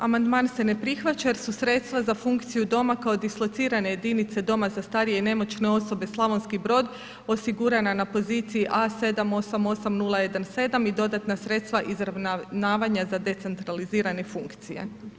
Amandman se ne prihvaća jer su sredstva za funkciju doma kao dislocirane jedinice Doma za starije i nemoćne osobe Slavonski Brod osigurana na poziciji A 788017 i dodatna sredstva izravnavanja za decentralizirane funkcije.